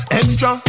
extra